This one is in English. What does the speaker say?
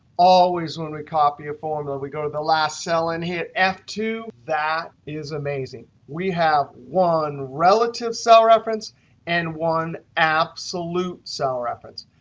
always, when we copy a formula, we go to the last cell in here. f two. that is amazing. we have one relative cell reference and one absolute cell reference.